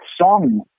song